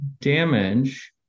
damage